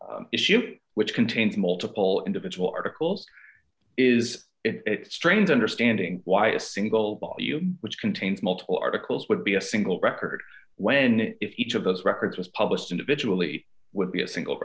you issue which contains multiple individual articles is it strains understanding why a single volume which contains multiple articles would be a single record when it each of those records was published individually would be a single